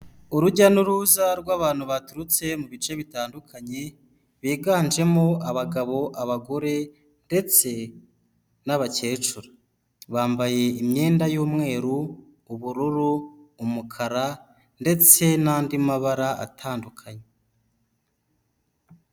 Urujya n'uruza rw'abantu baturutse mu bice bitandukanye biganjemo abagabo abagore ndetse n'abakecuru, bambaye imyenda y'umweru, ubururu, umukara, ndetse n'andi mabara atandukanye.